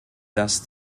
dass